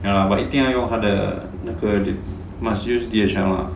ya lah but 一定要用他的那个 must use D_H_L lah